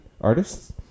artists